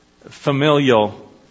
familial